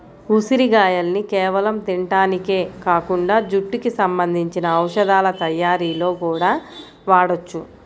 ఉసిరిగాయల్ని కేవలం తింటానికే కాకుండా జుట్టుకి సంబంధించిన ఔషధాల తయ్యారీలో గూడా వాడొచ్చు